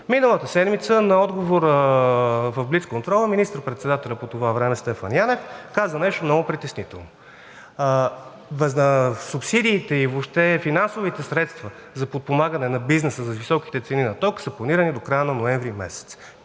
Миналата седмица на отговор в блицконтрола министър председателят по това време Стефан Янев каза нещо много притеснително – субсидиите и въобще финансовите средства за подпомагане на бизнеса за високите цени на тока са планирани до края на ноември месец,